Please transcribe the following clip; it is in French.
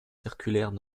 circulaire